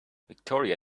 victoria